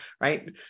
Right